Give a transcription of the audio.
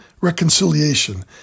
reconciliation